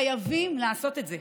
חייבים לעשות את זה.